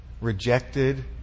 rejected